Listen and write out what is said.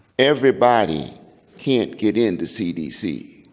everybody can't get into cdc.